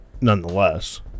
nonetheless